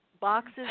boxes